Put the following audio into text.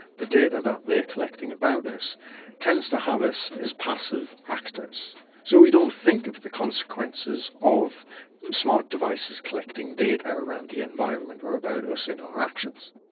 the data that they are collecting about us tends to have us as passive actors. so we don't think of the consequences of smart devices collecting data around the environment or about us in our actions.